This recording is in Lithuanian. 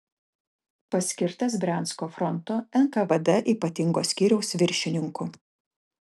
paskirtas briansko fronto nkvd ypatingo skyriaus viršininku